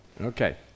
Okay